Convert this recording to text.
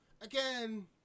again